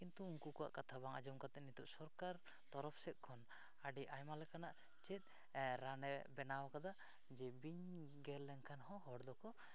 ᱠᱤᱱᱛᱩ ᱩᱱᱠᱩ ᱠᱚᱣᱟᱜ ᱠᱟᱛᱷᱟ ᱵᱟᱝ ᱟᱸᱡᱚᱢ ᱠᱟᱛᱮᱫ ᱱᱤᱛᱚᱜ ᱥᱚᱨᱠᱟᱨ ᱛᱚᱨᱯᱷ ᱥᱮᱫ ᱠᱷᱚᱱ ᱟᱹᱰᱤ ᱟᱭᱢᱟ ᱞᱮᱠᱟᱱᱟᱜ ᱪᱮᱫ ᱨᱟᱱᱮ ᱵᱮᱱᱟᱣ ᱠᱟᱫᱟ ᱡᱮ ᱵᱤᱧ ᱜᱮᱨ ᱞᱮᱱᱠᱷᱟᱱ ᱦᱚᱸ ᱦᱚᱲ ᱫᱚᱠᱚ